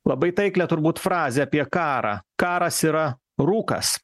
labai taiklią turbūt frazę apie karą karas yra rūkas